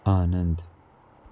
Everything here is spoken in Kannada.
ಆನಂದ್